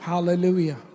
hallelujah